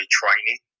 training